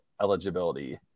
eligibility